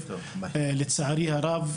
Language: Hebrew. לצערי הרב,